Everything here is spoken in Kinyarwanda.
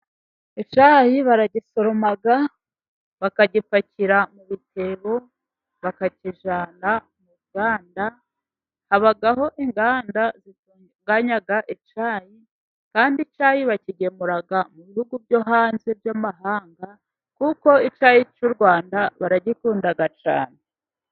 Icyayi baragisoroma bakagipakira mu bitebo l, bakakijyana mu nganda . Habaho inganda zitunganya icyayi, kandi icyayi bakigemura mu bihugu byo hanze by'amahanga kuko icyayi cy'u Rwanda baragikunda cyane.